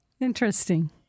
interesting